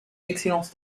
excellence